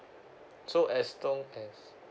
so as long as